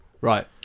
Right